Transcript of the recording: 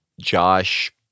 Josh